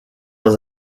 dans